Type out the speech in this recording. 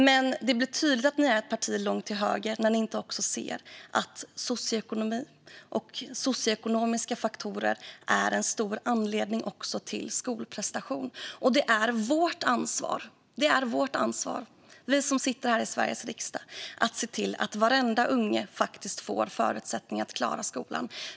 Men det blir tydligt att ni är ett parti långt till höger när ni inte ser hur mycket socioekonomiska faktorer hänger samman med skolprestationen. Det är vårt ansvar, vi som sitter här i Sveriges riksdag, att se till att varenda unge får förutsättning att klara skolan.